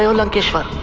ah and lankeshwar